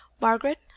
Margaret